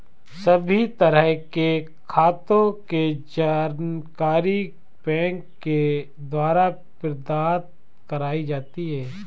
सभी तरह के खातों के जानकारी बैंक के द्वारा प्रदत्त कराई जाती है